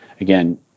Again